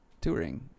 touring